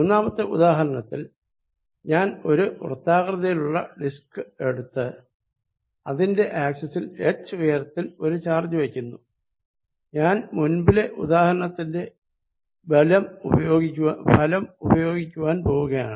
മൂന്നാമത്തെ ഉദാഹരണത്തിൽ ഞാൻ ഒരു വൃത്താകൃതിയിലുള്ള ഡിസ്ക് എടുത്ത് അതിന്റെ ആക്സിസിൽ h ഉയരത്തിൽ ഒരു ചാർജ് വയ്ക്കുന്നു ഞാൻ മുൻപിലെ ഉദാഹരണത്തിലെ ഫലം ഉപയോഗിക്കുവാൻ പോകയാണ്